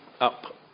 up